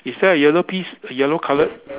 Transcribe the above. is there a yellow piece a yellow coloured